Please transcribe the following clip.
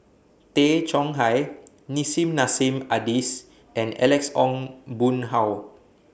Tay Chong Hai Nissim Nassim Adis and Alex Ong Boon Hau